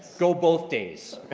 go both days.